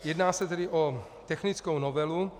Jedná se tedy o technickou novelu.